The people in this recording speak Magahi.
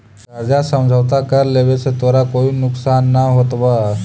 कर्जा समझौता कर लेवे से तोरा कोई नुकसान न होतवऽ